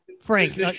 Frank